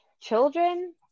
children